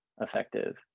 effective